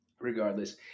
regardless